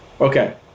Okay